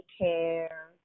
care